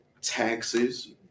taxes